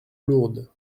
lourdes